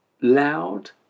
Loud